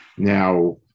Now